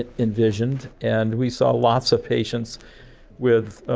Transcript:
ah envisioned. and, we saw lots of patients with,